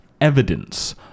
evidence